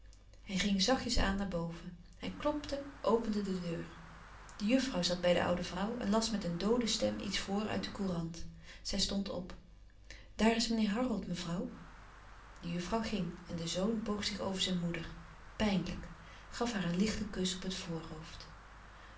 hij ging zachtjes aan naar boven hij klopte opende de deur de juffrouw zat bij de oude vrouw en las met een doode stem iets voor uit de courant zij stond op daar is meneer harold mevrouw de juffrouw ging en de zoon boog zich over zijn moeder pijnlijk gaf haar een lichten kus op het voorhoofd